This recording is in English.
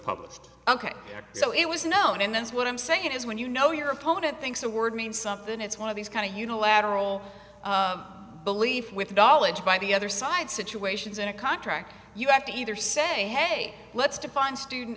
published ok so it was known and that's what i'm saying is when you know your opponent thinks a word means something it's one of these kind of unilateral belief with knowledge by the other side situations in a contract you have to either say let's define student